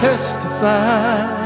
Testify